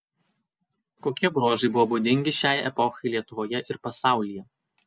kokie bruožai buvo būdingi šiai epochai lietuvoje ir pasaulyje